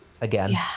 Again